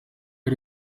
ari